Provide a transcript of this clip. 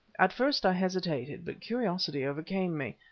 at first i hesitated, but curiosity overcame me.